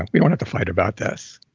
we don't have to fight about this.